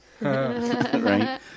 Right